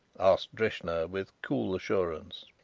asked drishna, with cool assurance.